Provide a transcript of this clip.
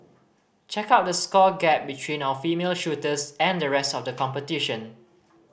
check out the score gap between our female shooters and the rest of the competition